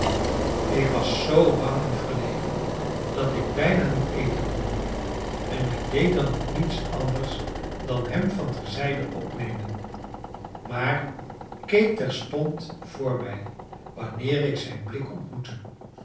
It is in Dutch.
ik was zoo bang en verlegen dat ik bijna niet eten kon en ik deed dan ook niets anders dan hem van terzijde opnemen maar keek terstond vr mij wanneer ik zijn blik ontmoette